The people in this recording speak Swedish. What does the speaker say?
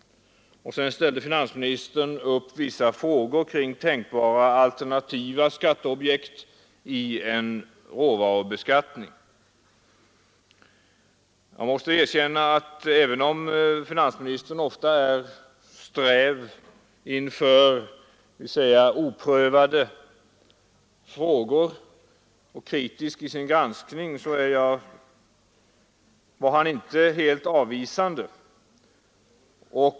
Och sedan ställde finansministern upp vissa frågor kring tänkbara alternativa skatteobjekt i en råvarubeskattning. Jag måste erkänna att även om finansministern ofta är sträv inför låt mig säga oprövade frågor och kritisk i sin granskning var han inte helt avvisande.